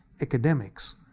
academics